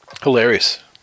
hilarious